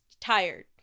tired